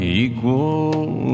equal